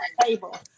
table